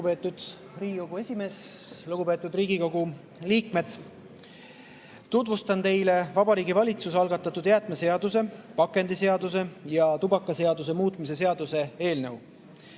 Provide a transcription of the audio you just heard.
Lugupeetud Riigikogu esimees! Lugupeetud Riigikogu liikmed! Tutvustan teile Vabariigi Valitsuse algatatud jäätmeseaduse, pakendiseaduse ja tubakaseaduse muutmise seaduse eelnõu.